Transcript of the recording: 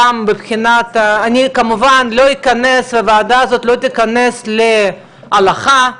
כמובן הוועדה הזאת לא תיכנס להלכה,